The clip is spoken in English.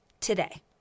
today